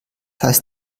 heißt